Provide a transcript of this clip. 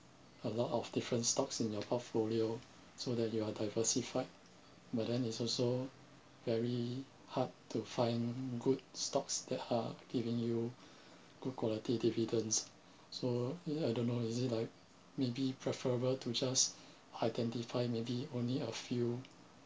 a lot of different stocks in your portfolio so that you are diversified but then it's also very hard to find good stocks that are giving you good quality dividends so yeah I don't know is it like maybe preferable to just identify maybe only a few